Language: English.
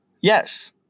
Yes